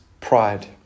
pride